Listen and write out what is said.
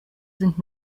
sind